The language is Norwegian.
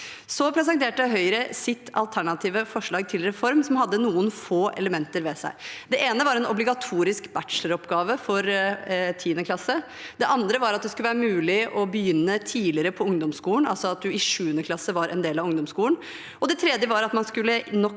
Så presenterte Høyre sitt alternative forslag til reform, som hadde noen få elementer ved seg. Det ene var en obligatorisk bacheloroppgave for 10. klasse, det andre var at det skulle være mulig å begynne tidligere på ungdomsskolen – altså at du i 7. klasse var en del av ungdomsskolen – og det tredje var at man nok